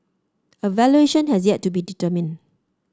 a valuation has yet to be determined